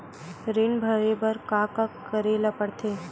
ऋण भरे बर का का करे ला परथे?